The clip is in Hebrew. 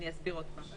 אני אסביר עוד פעם.